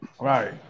Right